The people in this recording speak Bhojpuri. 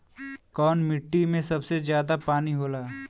कौन मिट्टी मे सबसे ज्यादा पानी होला?